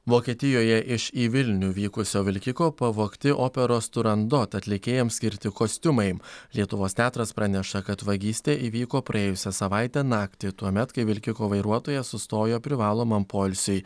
vokietijoje iš į vilnių vykusio vilkiko pavogti operos turandot atlikėjams skirti kostiumai lietuvos teatras praneša kad vagystė įvyko praėjusią savaitę naktį tuomet kai vilkiko vairuotojas sustojo privalomam poilsiui